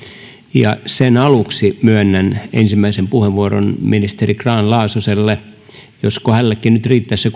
ja sen aluksi myönnän ensimmäisen puheenvuoron ministeri grahn laasoselle josko hänellekin nyt hyvinkin riittäisi se